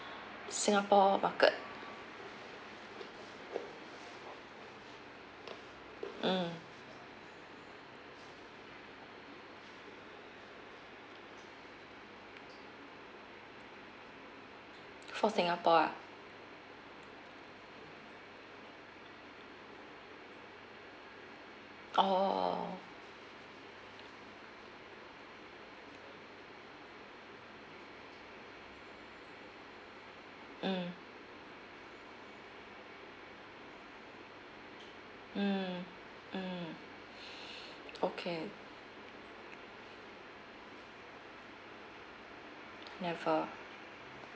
singapore market mm for singapore ah orh mm mm mm okay never